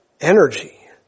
energy